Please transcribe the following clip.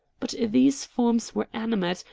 but these forms were animate,